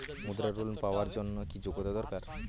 মুদ্রা লোন পাওয়ার জন্য কি যোগ্যতা দরকার?